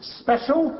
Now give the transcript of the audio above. special